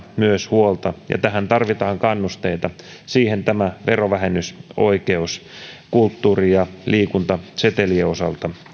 huolta ja tähän tarvitaan kannusteita siihen tämä verovähennysoikeus kulttuuri ja liikuntasetelien osalta